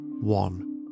one